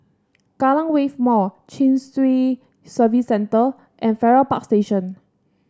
Kallang Wave Mall Chin Swee Service Centre and Farrer Park Station